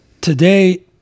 today